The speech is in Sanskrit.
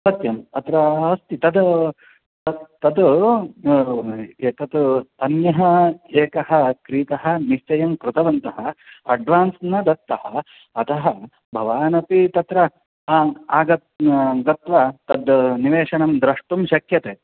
सत्यम् अत्र अस्ति तद् तत् तद् एतत् अन्यः एकः क्रीतः निश्चयं कृतवन्तः अड्वान्स् न दत्तः अतः भवानपि तत्र आगत्य तद् निवेशनं द्रष्टुं शक्यते